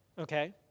okay